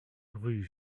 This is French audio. rue